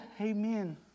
Amen